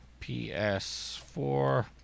PS4